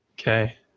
Okay